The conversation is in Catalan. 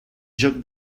joc